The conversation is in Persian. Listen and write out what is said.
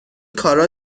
کارا